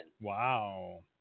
Wow